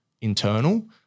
internal